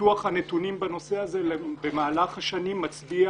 ניתוח הנתונים בנושא הזה במהלך השנים מצביע